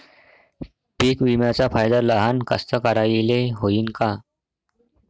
पीक विम्याचा फायदा लहान कास्तकाराइले होईन का?